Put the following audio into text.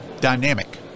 dynamic